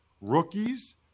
rookies